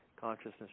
Consciousness